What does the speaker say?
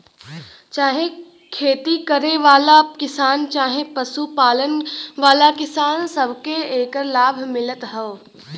चाहे खेती करे वाला किसान चहे पशु पालन वाला किसान, सबके एकर लाभ मिलत हौ